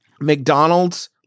McDonald's